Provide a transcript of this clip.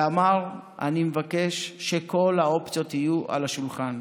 ואמר: אני מבקש שכל האופציות יהיו על השולחן.